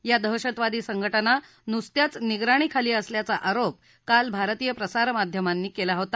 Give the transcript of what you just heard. या दहशतवादी संघटना नुसत्याच निगरानीखाली असल्याचा आरोप काल भारतीय प्रसारमाध्यमांनी केला होता